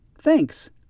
thanks